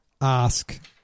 ask